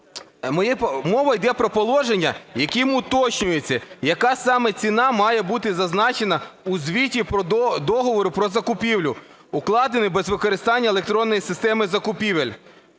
мова йде про положення, яким уточнюється, яка саме ціна має бути зазначена у звіті договору про закупівлю, укладений без використання електронної системи закупівель.